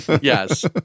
Yes